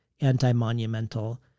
anti-monumental